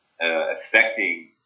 affecting